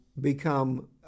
become